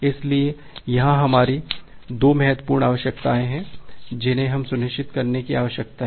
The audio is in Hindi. इसलिए यहां हमारी 2 महत्वपूर्ण आवश्यकताएं हैं जिन्हें हमें सुनिश्चित करने की आवश्यकता है